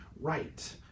right